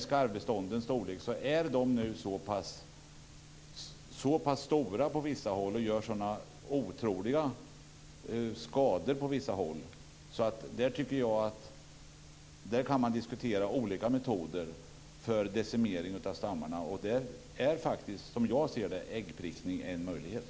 Skarvbestånden är nu så pass stora och gör sådana skador på vissa håll att jag tycker att man kan diskutera olika metoder för decimering av stammarna. I det sammanhanget är faktiskt, som jag ser det, äggprickning en möjlighet.